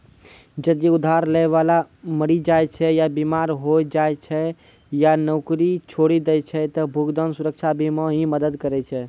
जदि उधार लै बाला मरि जाय छै या बीमार होय जाय छै या नौकरी छोड़ि दै छै त भुगतान सुरक्षा बीमा ही मदद करै छै